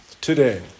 today